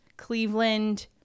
Cleveland